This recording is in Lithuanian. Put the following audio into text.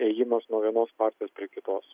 ėjimas nuo vienos partijos prie kitos